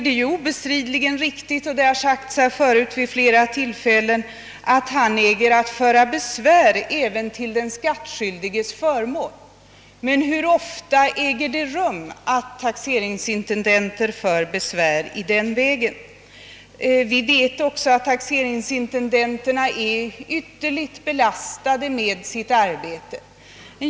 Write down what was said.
Det är obestridligen riktigt — det har sagts vid flera tillfällen tidigare — att han äger att anföra besvär även till den skattskyldiges förmån. Men hur ofta händer det att taxeringsintendenter anför sådana besvär? Vi vet också att taxeringsintendenterna är ytterligt belastade av sitt arbete.